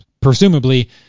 presumably